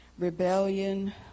rebellion